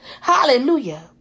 Hallelujah